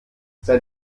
seit